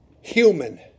human